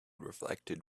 reflected